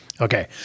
Okay